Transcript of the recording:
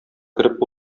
кереп